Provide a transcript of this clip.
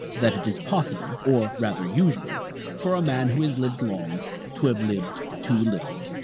that it is possible, or rather usual for a man who has lived long to have lived too little.